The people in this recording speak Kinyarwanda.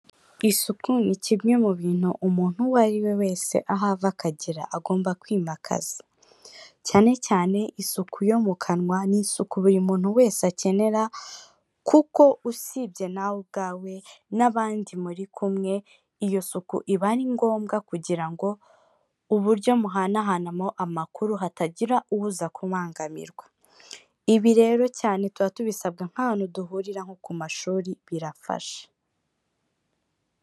Isuku ni kimwe mu bintu umuntu uwo ari we wese ahava akagera agomba kwimakaza cyane cyane isuku yo mu kanwa ni isuku buri muntu wese akenera kuko usibye nawe ubwawe n'abandi muri kumwe iyo suku iba ari ngombwa kugira ngo uburyo muhanahanamo amakuru hatagira uza kubangamirwa, ibi rero cyane tuba tubisabwa nk'abantu duhurira nko ku mashuri birafasha.